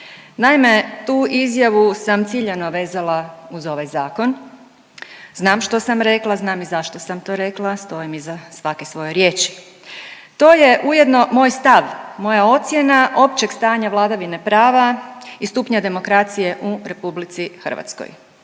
Naime, tu izjavu sam ciljano vezala uz ovaj zakon, znam što sam rekla, znam i zašto sam to rekla, stojim iza svake svoje riječi. To je ujedno moj stav, moja ocjena općeg stanja vladavine prava i stupnja demokracije u RH. Moja